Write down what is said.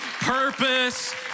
purpose